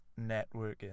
networking